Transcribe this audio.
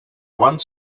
one